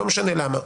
לא משנה למה.